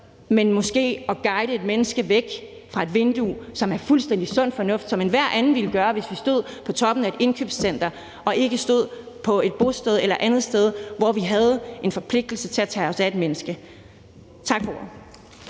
men måske at guide et menneske væk fra et vindue, hvilket er fuldstændig sund fornuft, og som enhver anden ville gøre, hvis vi stod på toppen af et indkøbscenter og ikke stod på et bosted eller et andet sted, hvor vi havde en forpligtelse til at tage os af et menneske. Tak for